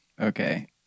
Okay